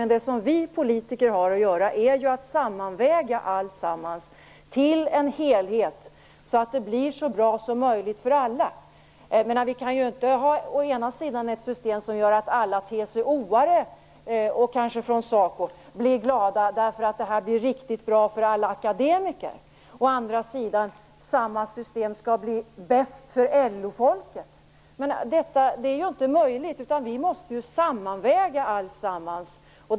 Men vad vi politiker har att göra är att sammanväga allt till en helhet, så att det blir så bra som möjligt för alla. Å ena sidan kan vi inte ha ett system som gör att alla TCO:are, och kanske också SACO-anslutna, blir glada därför att det här blir riktigt bra för alla akademiker. Å andra sidan är det inte möjligt att samma system skall bli bäst för LO-folket. Vi måste alltså sammanväga allt.